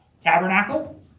Tabernacle